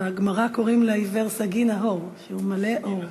בגמרא קוראים לעיוור סגי נהור, שהוא מלא אור.